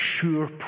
sure